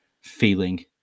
feeling